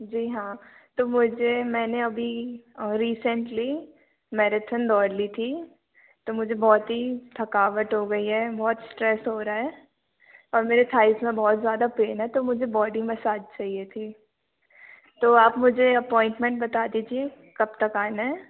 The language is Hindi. जी हाँ तो मुझे मैंने अभी रिसेंटली मैराथन दौड़ ली थी तो मुझे बहुत ही थकावट हो गई है बहुत स्ट्रेस हो रहा है और मेरे थाइस में बहुत ज़्यादा पेन है तो मुझे बॉडी मसाज चाहिए थी तो आप मुझे अपॉइंटमेंट बता दीजिए कब तक आना है